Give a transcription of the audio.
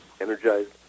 energized